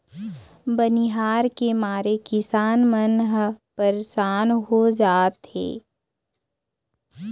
बनिहार के मारे किसान मन ह परसान हो जाथें